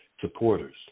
supporters